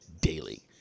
Daily